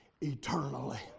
eternally